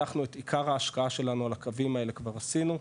אנחנו את עיקר ההשקעה שלנו על הקווים האלה כבר עשינו,